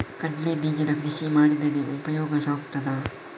ಕಡ್ಲೆ ಬೀಜದ ಕೃಷಿ ಮಾಡಿದರೆ ಉಪಯೋಗ ಆಗುತ್ತದಾ?